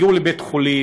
הגיעו לבית-חולים,